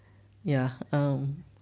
ya um